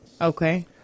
Okay